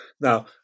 Now